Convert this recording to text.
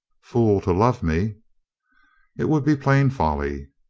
fool to love mea' it would be plain folly.